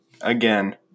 again